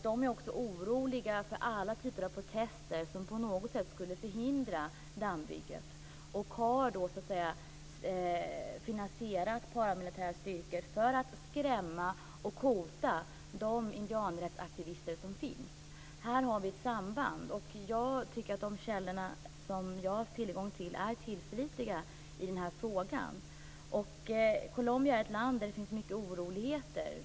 De är också oroliga för alla typer av protester som på något sätt skulle kunna förhindra dammbygget. De har finansierat paramilitära styrkor för att skrämma och hota de indianrättsaktivister som finns. Här har vi ett samband. Jag tycker att de källor som jag har haft tillgång till är tillförlitliga i den här frågan. Colombia är ett land där det finns mycket oroligheter.